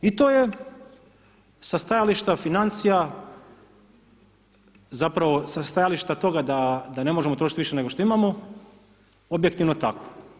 I to je sa stajališta financija, zapravo sa stajališta toga da ne možemo trošit više nego što imamo, objektivno tako.